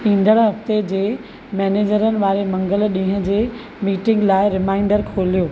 ईंदड़ हफ़्ते जे मैनेजरनि वारे मंगल ॾींहं जी मीटिंग लाइ रिमाइंडर खोलियो